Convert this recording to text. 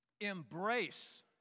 Embrace